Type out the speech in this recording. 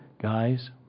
Guys